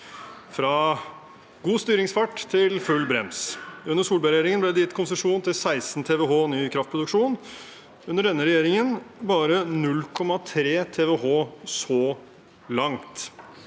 fra god styringsfart til full brems. Under Solberg-regjeringen ble det gitt konsesjon til 16 TWh ny kraftproduksjon, under denne regjeringen bare 0,3 TWh så langt